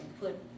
put